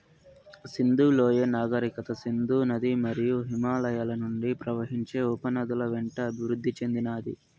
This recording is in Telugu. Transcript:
సింధు లోయ నాగరికత సింధు నది మరియు హిమాలయాల నుండి ప్రవహించే ఉపనదుల వెంట అభివృద్ది చెందినాది